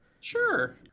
Sure